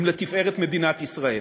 הם לתפארת מדינת ישראל.